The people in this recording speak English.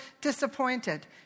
disappointed